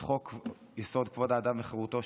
כשחוקק את חוק-יסוד: כבוד האדם וחירותו,